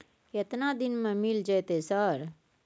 केतना दिन में मिल जयते सर?